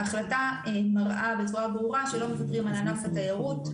ההחלטה מראה בצורה ברורה שלא מוותרים על ענף התיירות.